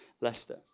Leicester